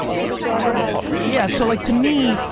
it sure does. yeah, so like to me,